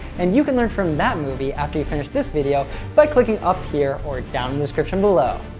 and you can learn from that movie after you finish this video by clicking up here or down in the description below.